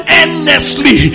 endlessly